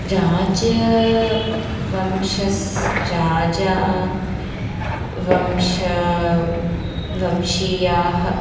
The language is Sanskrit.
राजवंशस्य राजवंशः वंशीयाः